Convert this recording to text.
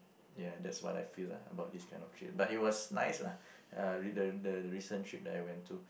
ya that's what I feel lah about these kinds of trips but it was nice lah uh re~ the the recent trip that I went to